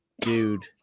dude